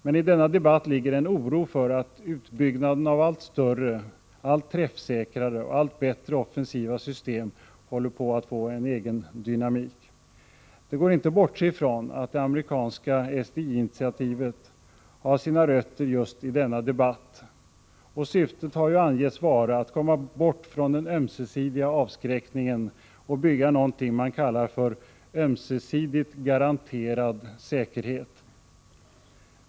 Men i denna debatt ligger en oro för att uppbyggnaden av allt större, allt träffsäkrare och allt bättre offensiva system håller på att få en egen dynamik. Det går inte att bortse från att det amerikanska SDI-initiativet har sina rötter i just denna debatt. Syftet har ju angetts vara att komma bort från den ömsesidiga avskräckningen, att bygga någonting man kallar för ömsesidigt garanterad säkerhet.